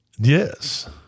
Yes